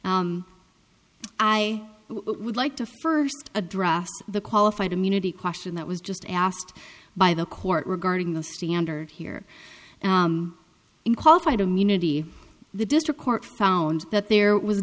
i would like to first address the qualified immunity question that was just asked by the court regarding the standard here in qualified immunity the district court found that